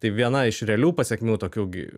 tai viena iš realių pasekmių tokių gi